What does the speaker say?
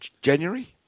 january